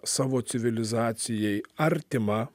savo civilizacijai artimą